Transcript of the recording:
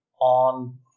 on